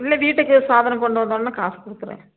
இல்லை வீட்டுக்கே சாதனம் கொண்டு வந்தோடன்ன காசு கொடுக்குறேன்